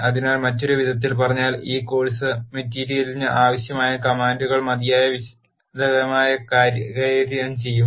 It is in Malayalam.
അതിനാൽ മറ്റൊരു വിധത്തിൽ പറഞ്ഞാൽ ഈ കോഴ്സ് മെറ്റീരിയലിന് ആവശ്യമായ കമാൻഡുകൾ മതിയായ വിശദമായി കൈകാര്യം ചെയ്യും